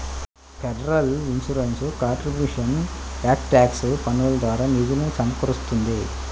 federal insurance contributions act tax పన్నుల ద్వారా నిధులు సమకూరుస్తుంది